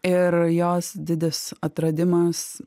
ir jos didis atradimas